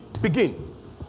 begin